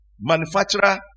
manufacturer